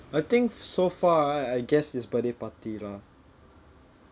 I think so far ah I guess it's birthday party lah